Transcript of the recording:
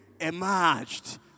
emerged